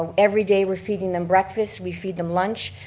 every day we're feeding them breakfast, we feed them lunch,